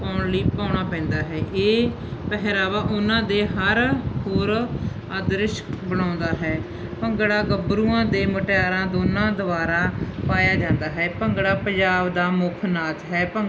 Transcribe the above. ਪਾਉਣ ਲਈ ਪਾਉਣਾ ਪੈਂਦਾ ਹੈ ਇਹ ਪਹਿਰਾਵਾ ਉਹਨਾਂ ਦੇ ਹਰ ਹੋਰ ਆਦਰਸ਼ ਬਣਾਉਂਦਾ ਹੈ ਭੰਗੜਾ ਗੱਭਰੂਆਂ ਅਤੇ ਮੁਟਿਆਰਾਂ ਦੋਨਾਂ ਦੁਆਰਾ ਪਾਇਆ ਜਾਂਦਾ ਹੈ ਭੰਗੜਾ ਪੰਜਾਬ ਦਾ ਮੁੱਖ ਨਾਚ ਹੈ ਭੰਗ